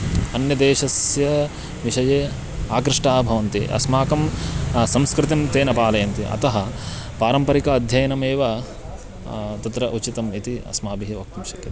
अन्यदेशस्य विषये आकृष्टाः भवन्ति अस्माकं संस्कृतिं ते न पालयन्ति अतः पारम्परिक अध्ययनमेव तत्र उचितम् इति अस्माभिः वक्तुं शक्यते